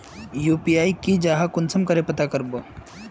UPI की जाहा कुंसम करे पता करबो?